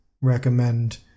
recommend